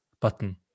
button